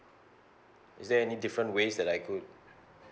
is there any different ways that I could